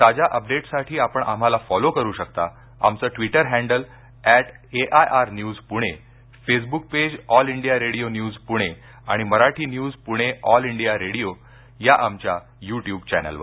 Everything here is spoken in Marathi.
ताज्या अपडेट्ससाठी आपण आम्हाला फॉलो करू शकता आमचं ट्विटर हँडल ऍट एआयआरन्यज पणे Facebook page All India Radio News पणे आणि मराठी न्यूज पणे ऑल इंडिया रेडियो या आमच्या युट्युब चॅनेलवर